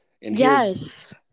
Yes